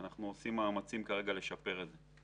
אנחנו עושים מאמצים כרגע לשפר את זה.